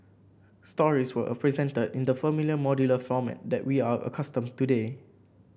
stories were presented in the familiar modular format that we are accustomed today